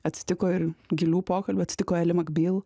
atsitiko ir gilių pokalbių atsitiko eli makbyl